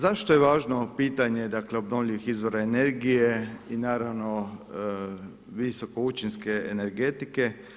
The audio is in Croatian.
Zašto je važno ovo pitanje, dakle obnovljivih izvora energije i naravno visokoučinske energetike?